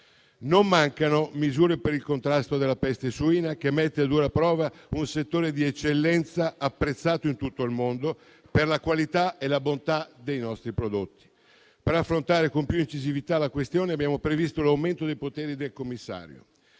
Non mancano misure per il contrasto della peste suina che mette a dura prova un settore di eccellenza apprezzato in tutto il mondo per la qualità e la bontà dei nostri prodotti. Per affrontare con più incisività la questione abbiamo previsto l'aumento dei poteri del Commissario.